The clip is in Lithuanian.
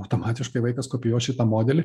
automatiškai vaikas kopijuos šitą modelį